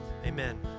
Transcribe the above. Amen